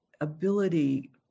ability